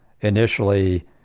initially